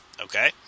okay